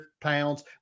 pounds